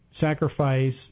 sacrifice